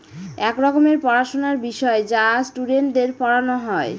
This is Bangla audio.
এক রকমের পড়াশোনার বিষয় যা স্টুডেন্টদের পড়ানো হয়